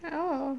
oh